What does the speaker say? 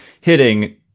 hitting